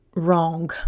wrong